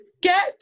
Get